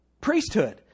priesthood